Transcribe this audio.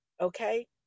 okay